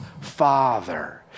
father